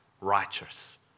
righteous